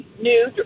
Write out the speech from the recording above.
new